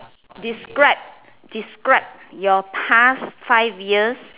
describe describe your past five years